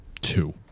two